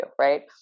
right